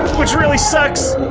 which really sucks.